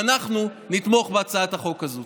ואנחנו נתמוך בהצעת החוק הזאת.